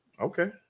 Okay